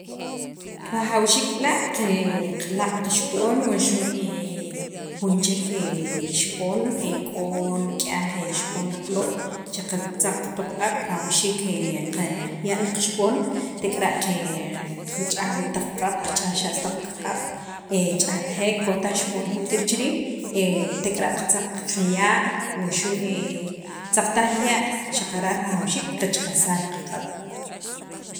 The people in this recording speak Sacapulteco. Rajawxiik b'la' qe qalaq' qaxab'on wuxu' jun jun chek xib'on, k'o nik'yaj xib'on re plow che qatzaq pi qaq'ab' rajawxiik qaya' li qaxib'on tek'ara' qach'aj wii' taq qab'ab', xa'l taq qaq'ab', ch'ajtajek, kojtaj xib'on juntir chi riij tek'ar'a qatzaq qaya' wuxu' tzaqataj li ya', xaqara' rajawxiik qachajsaj li qaq'ab'.